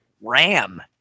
ram